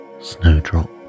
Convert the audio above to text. Snowdrop